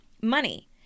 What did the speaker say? money